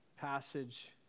passage